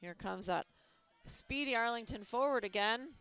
here comes out speedy arlington forward again